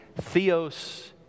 Theos